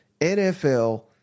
NFL